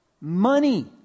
money